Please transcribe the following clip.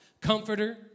comforter